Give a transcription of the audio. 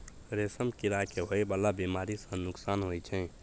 रेशम कीड़ा के होए वाला बेमारी सँ नुकसान होइ छै